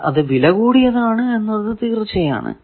എന്നാൽ അത് വിലകൂടിയതാണ് എന്നത് തീർച്ചയാണ്